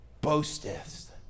boasteth